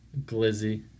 Glizzy